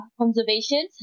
conservation